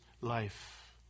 life